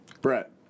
Brett